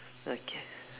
okay